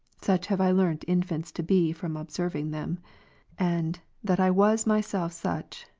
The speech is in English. such have i learnt infants to be from observing them and, that i was myself such,